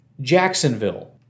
Jacksonville